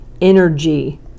energy